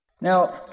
Now